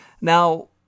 Now